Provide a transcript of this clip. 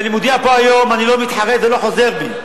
ואני מודיע פה היום: אני לא מתחרט ולא חוזר בי.